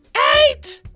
eight,